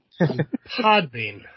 Podbean